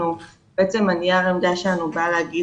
בעצם נייר העמדה שלנו בא להגיד,